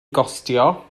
gostio